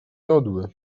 jodły